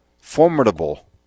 formidable